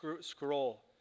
scroll